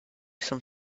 some